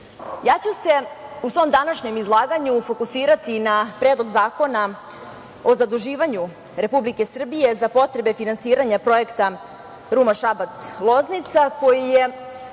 Srbije.U svom današnjem izlaganju ja ću se fokusirati na Predlog zakona o zaduživanju Republike Srbije za potrebe finansiranja Projekta Ruma – Šabac – Loznica, koji je